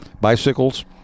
Bicycles